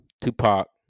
Tupac